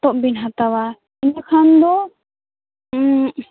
ᱯᱚᱛᱚᱵ ᱵᱤᱱ ᱦᱟᱛᱟᱣᱟ ᱤᱱᱟᱹ ᱠᱷᱟᱱ ᱫᱚ